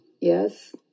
Yes